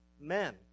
men